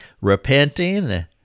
repenting